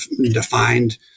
defined